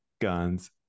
guns